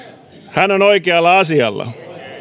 hän on oikealla asialla